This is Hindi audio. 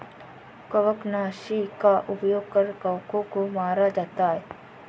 कवकनाशी का उपयोग कर कवकों को मारा जाता है